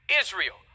Israel